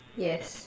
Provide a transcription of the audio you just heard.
yes